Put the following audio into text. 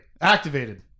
activated